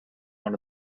one